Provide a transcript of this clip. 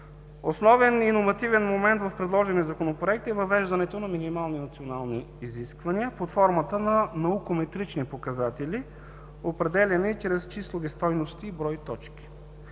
Основен иновативен момент в предложения Законопроект е въвеждането на минимални национални изисквания под формата на наукометрични показатели, определяни чрез числови стойности и брой точки.